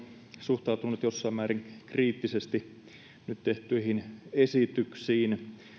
suhtautunut jossain määrin kriittisesti nyt tehtyihin esityksiin